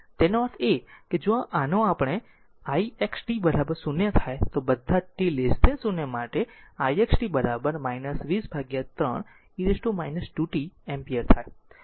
તેનો અર્થ એ કે જો આનો ix t 0 થાય તો બધા t 0 માટે ix t 203 e t 2 t ampere